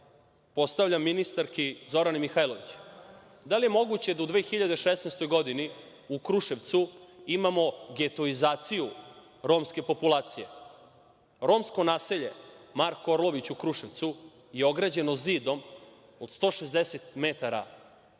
postavljam ministarki Zorani Mihajlović, da li je moguće da u 2016. godini, u Kruševcu imamo getoizaciju romske populacije. Romsko naselje „Marko Orolović“ u Kruševcu je ograđeno zidom od 160 metara